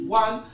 one